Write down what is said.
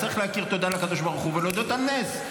צריך להכיר טובה לקדוש ברוך הוא ולהודות על נס.